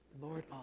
Lord